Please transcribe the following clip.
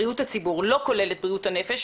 זה לא כולל את בריאות הנפש,